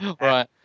Right